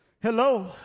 Hello